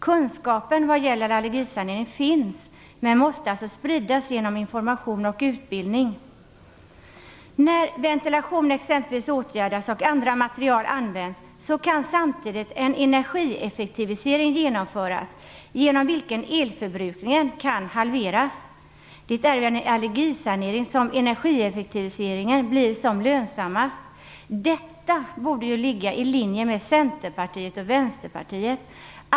Kunskapen vad gäller allergisanering finns, men måste spridas genom information och utbildning. När ventilationen åtgärdas och andra material används, kan samtidigt en energieffektivisering genomföras genom vilken elförbrukningen kan halveras. Det är med hjälp av allergisanering som energieffektiviseringen blir som lönsammast. Detta borde ligga i linje med Centerpartiet och Vänsterpartiets önskemål.